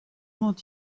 want